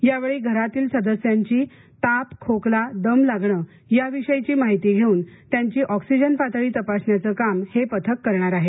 यावेळी घरातील सदस्यांची ताप खोकला दम लागणे याविषयीची माहिती घेऊन त्यांची ऑक्सिजन पातळी तपासण्याचं काम हे पथक करणार आहे